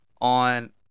on